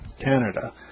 Canada